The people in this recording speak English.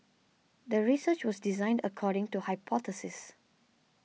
the research was designed according to hypothesis